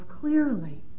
clearly